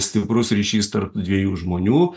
stiprus ryšys tarp dviejų žmonių